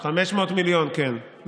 500 מיליון, 500 מיליון, כן.